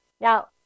Now